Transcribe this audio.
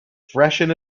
freshen